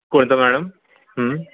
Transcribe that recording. कोणता मॅडम